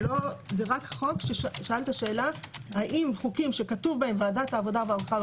זה רק חוק ששאל את השאלה: האם חוקים שכתוב בהם ועדת העבודה,